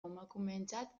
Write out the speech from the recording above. emakumeentzat